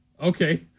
Okay